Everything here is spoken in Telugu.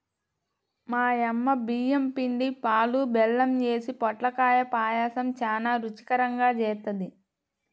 మా యమ్మ బియ్యం పిండి, పాలు, బెల్లం యేసి పొట్లకాయ పాయసం చానా రుచికరంగా జేత్తది